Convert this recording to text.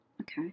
okay